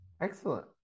Excellent